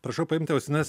prašau paimti ausines